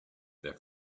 their